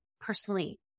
personally